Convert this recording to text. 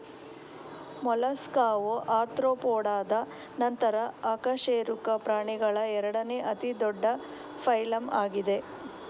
ಮೊಲಸ್ಕಾವು ಆರ್ತ್ರೋಪೋಡಾದ ನಂತರ ಅಕಶೇರುಕ ಪ್ರಾಣಿಗಳ ಎರಡನೇ ಅತಿ ದೊಡ್ಡ ಫೈಲಮ್ ಆಗಿದೆ